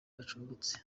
acumbitse